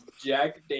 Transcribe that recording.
Jack